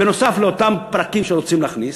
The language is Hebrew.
נוסף על אותם פרקים שרוצים להכניס,